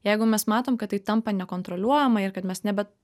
jeigu mes matom kad tai tampa nekontroliuojama ir kad mes ne bet